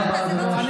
תודה רבה לך.